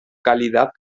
calidad